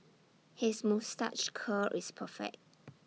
his moustache curl is perfect